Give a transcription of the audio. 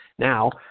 Now